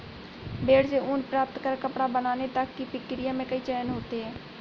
भेड़ से ऊन प्राप्त कर कपड़ा बनाने तक की प्रक्रिया में कई चरण होते हैं